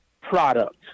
product